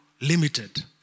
limited